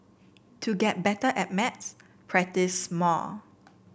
to get better at maths practise more